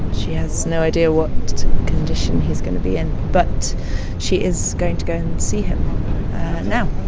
she has no idea what condition he's going to be in, but she is going to go and see him now.